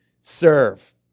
serve